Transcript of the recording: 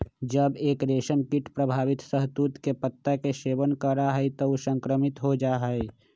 जब एक रेशमकीट प्रभावित शहतूत के पत्ता के सेवन करा हई त ऊ संक्रमित हो जा हई